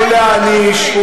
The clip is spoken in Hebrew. לא להעניש,